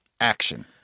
action